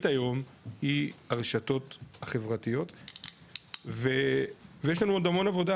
היום היא הרשתות החברתיות ויש לנו עוד המון עבודה,